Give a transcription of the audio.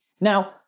Now